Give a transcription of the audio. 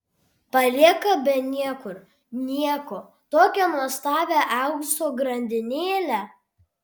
palieka be niekur nieko tokią nuostabią aukso grandinėlę